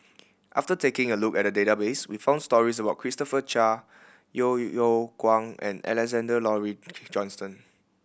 after taking a look at the database we found stories about Christopher Chia Yeo Yeow Kwang and Alexander Laurie Johnston